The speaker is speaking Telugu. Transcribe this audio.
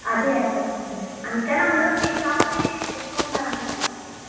అదే అర్థమైంది అందుకణి అందరం మీ షాపును ఎంచుకుంటారు అనుకుంటా